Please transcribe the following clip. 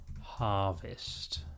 harvest